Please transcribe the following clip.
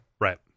Right